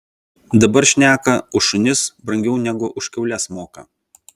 dabar šneka už šunis brangiau negu už kiaules moka